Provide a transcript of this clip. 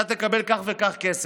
אתה תקבל כך וכך כסף.